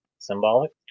Symbolic